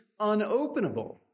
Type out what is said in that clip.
unopenable